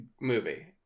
movie